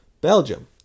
Belgium